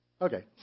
Okay